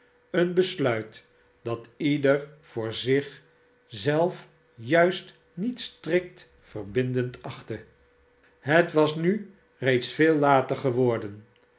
een besluit dat ieder voor zich zelf juist niet strikt verbindend achtte het was nu reeds veel later geworden